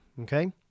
Okay